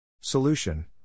Solution